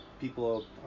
people